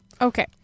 Okay